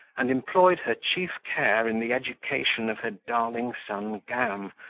and employed her chief care in the education of her darling son gam,